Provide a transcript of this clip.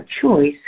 choice